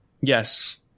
yes